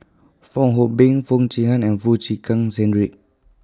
Fong Hoe Beng Foo Chee Han and Foo Chee Keng Cedric